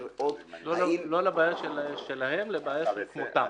לא לבעיה שלהם, לבעיה של כמותם.